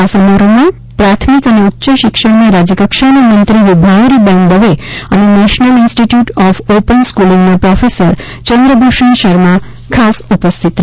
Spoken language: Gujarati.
આ સમારોહમાં પ્રાથમિક અને ઉચ્ચ શિક્ષણના રાજ્યકક્ષાના મંત્રી વિભાવરીબેન દવે અને નેશનલ ઇન્સ્ટીટયૂટ ઓફ ઓપન સ્ક્રલીંગના પ્રોફેસર ચંદ્રભૂષણ શર્મા પણ ખાસ ઉપસ્થિત રહેશે